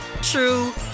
true